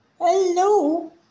Hello